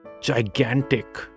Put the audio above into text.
gigantic